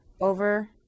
over